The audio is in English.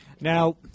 now